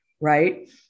right